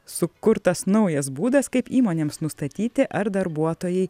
sukurtas naujas būdas kaip įmonėms nustatyti ar darbuotojai